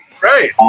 Right